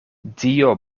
dio